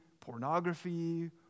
pornography